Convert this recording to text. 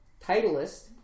Titleist